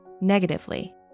negatively